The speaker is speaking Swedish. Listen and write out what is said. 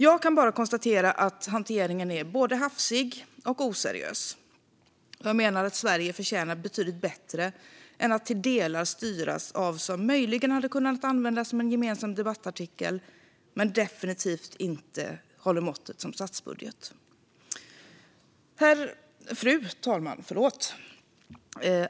Jag kan bara konstatera att hanteringen är både hafsig och oseriös. Sverige förtjänar bättre än att till delar styras på vad som möjligen hade kunnat användas som en gemensam debattartikel men definitivt inte håller måttet som statsbudget. Fru talman!